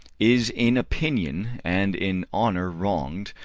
is in opinion and in honour wrong'd,